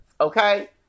okay